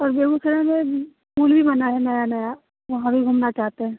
और बेगूसराय में पुल भी बना है नया नया वहाँ भी घूमना चाहते हैं